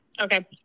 Okay